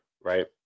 right